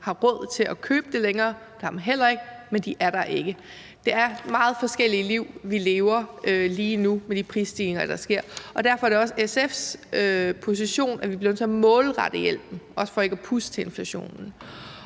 har råd til at købe dem længere – det har man heller ikke – men de er der ikke. Så det er nogle meget forskellige liv, vi lever lige nu, med de prisstigninger, der sker, og derfor er det også SF's position, at vi bliver nødt til at målrette hjælpen, også for ikke at puste til inflationen.